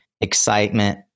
excitement